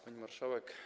Pani Marszałek!